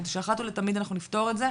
כדי שאחת ולתמיד אנחנו נפתור את זה.